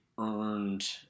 earned